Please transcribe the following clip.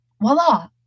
voila